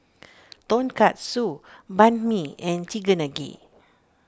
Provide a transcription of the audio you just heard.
Tonkatsu Banh Mi and